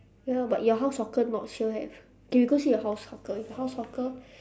ya but your house hawker not sure have K we go see your house hawker if your house hawker